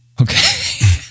okay